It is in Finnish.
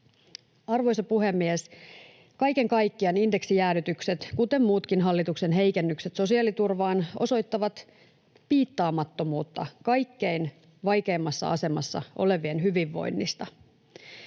Arvoisa puhemies! Kaiken kaikkiaan indeksijäädytykset, kuten muutkin hallituksen heikennykset sosiaaliturvaan, osoittavat piittaamattomuutta kaikkein vaikeimmassa asemassa olevien hyvinvoinnista.